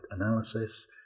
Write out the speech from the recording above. analysis